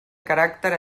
caràcter